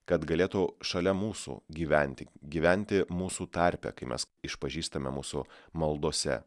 kad galėtų šalia mūsų gyventi gyventi mūsų tarpe kai mes išpažįstame mūsų maldose